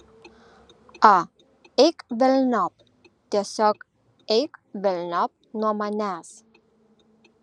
a eik velniop tiesiog eik velniop nuo manęs